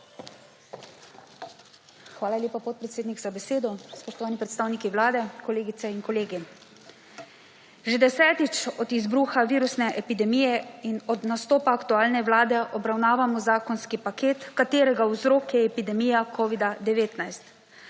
Hvala lepa, podpredsednik, za besedo. Spoštovani predstavniki vlade, kolegice in kolegi. Že desetič od izbruha virusne epidemije in od nastopa aktualne vlade obravnavamo zakonski paket, katerega vzrok je epidemija covida-19.